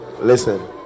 Listen